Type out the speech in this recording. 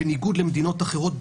בניגוד למדינות אחרות,